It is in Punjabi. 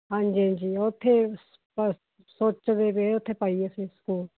ਹਾਂਜੀ ਹਾਂਜੀ ਉੱਥੇ ਸੋਚਦੇ ਪਏ ਉੱਥੇ ਪਾਈਏ ਅਸੀਂ ਸਕੂਲ